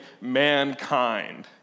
mankind